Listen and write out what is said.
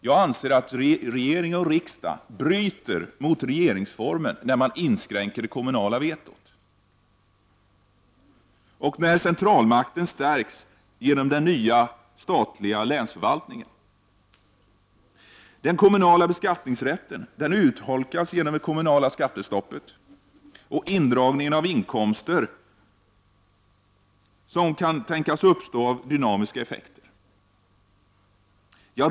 Jag anser att regering och riksdag bryter mot regeringsformen när det kommunala vetot inskränks och när centralmakten stärks genom den nya statliga länsförvaltningen. Den kommunala beskattningsrätten urholkas genom det kommunala skattestoppet och indragningen av inkomster som kan tänkas uppstå genom dynamiska effekter.